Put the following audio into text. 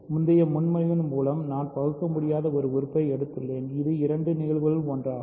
முந்தைய முன்மொழிவின் மூலம் நான் பகுக்க முடியாத ஒரு உறுப்பை எடுத்துள்ளேன் இது இரண்டு நிகழ்வுகளில் ஒன்றாகும்